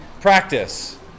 practice